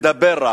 רק לדבר.